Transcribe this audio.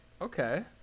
Okay